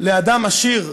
לאדם עשיר,